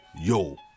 yo